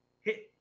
hit